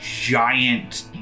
giant